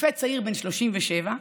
רופא צעיר, בן 37,